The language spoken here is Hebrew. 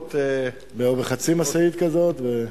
בחצי משאית כזאת.